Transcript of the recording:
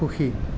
সুখী